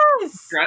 yes